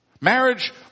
Marriage